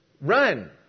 run